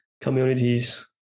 communities